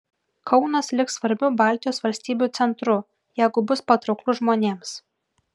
kaunas liks svarbiu baltijos valstybių centru jeigu bus patrauklus žmonėms